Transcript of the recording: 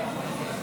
חבריי חברי הכנסת,